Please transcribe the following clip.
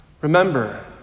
Remember